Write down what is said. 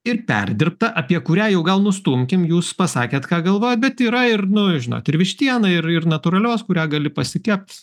ir perdirbta apie kurią jau gal nustumkim jūs pasakėt ką galvojat bet yra ir nu žinot ir vištiena ir natūralios kurią gali pasikept